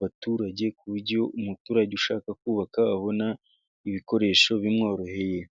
baturage ku buryo umuturage ushaka kubaka abona ibikoresho bimworoheye.